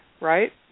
right